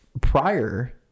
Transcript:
prior